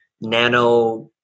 nano